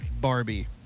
Barbie